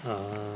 a'ah